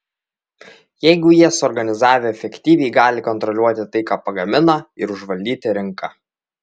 jeigu jie susiorganizavę efektyviai gali kontroliuoti tai ką pagamina ir užvaldyti rinką